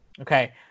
Okay